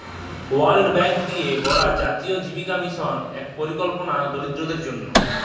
world bank দিঁয়ে গড়া জাতীয় জীবিকা মিশল ইক পরিকল্পলা দরিদ্দরদের জ্যনহে